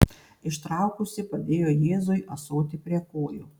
ištraukusi padėjo jėzui ąsotį prie kojų